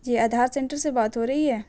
جی Aadhaar centre سے بات ہو رہی ہے